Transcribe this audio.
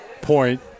point